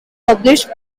published